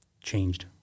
changed